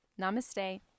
Namaste